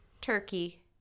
Turkey